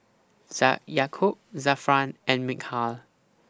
Yaakob Zafran and Mikhail